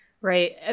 Right